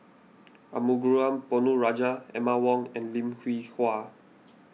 Arumugam Ponnu Rajah Emma Yong and Lim Hwee Hua